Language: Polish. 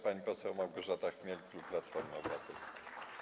Pani poseł Małgorzata Chmiel, klub Platforma Obywatelska.